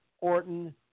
Orton